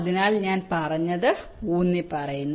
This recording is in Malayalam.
അതിനാൽ ഞാൻ പറഞ്ഞതുപോലെ ഞാൻ ഊന്നിപ്പറയുന്നു